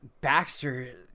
Baxter